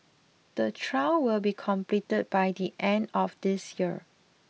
the trial will be completed by the end of this year